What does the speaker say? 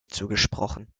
zugesprochen